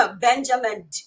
Benjamin